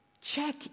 Check